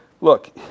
look